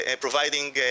providing